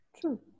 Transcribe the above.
True